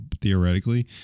theoretically